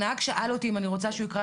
הנהג שאלתי אותי אם אני רוצה שהוא יקרא,